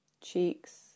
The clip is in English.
cheeks